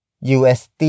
UST